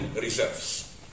reserves